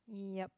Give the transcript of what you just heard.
yup